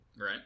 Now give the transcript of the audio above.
Right